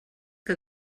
que